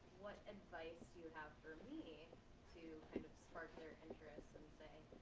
what advice do you have for me to kind of spark their interest and say, hey,